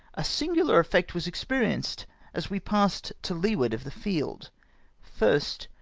a singular effect was experienced as we passed to leeward of the field first,